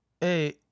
Hey